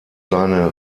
seine